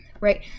right